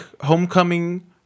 Homecoming